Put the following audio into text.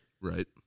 Right